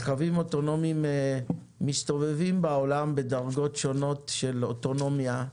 רכבים אוטונומיים מסתובבים בעולם בדרגות שונות של אוטונומיה,